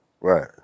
Right